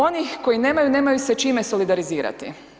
Oni koji nemaju, nemaju se čime solidarizirati.